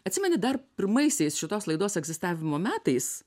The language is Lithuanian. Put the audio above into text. atsimeni dar pirmaisiais šitos laidos egzistavimo metais